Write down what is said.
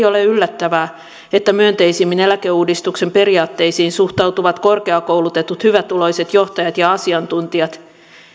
ole yllättävää että myönteisimmin eläkeuudistuksen periaatteisiin suhtautuvat korkeakoulutetut hyvätuloiset johtajat ja asiantuntijat